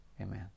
Amen